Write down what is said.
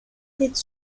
its